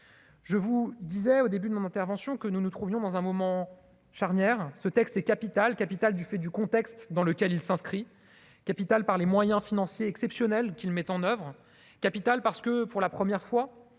Je vous disais au début de mon intervention que nous nous trouvions dans un moment charnière, ce texte c'est capital capital du fait du contexte dans lequel il s'inscrit capital par les moyens financiers exceptionnels qu'il mettent en oeuvre capitale parce que pour la première fois,